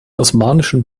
osmanischen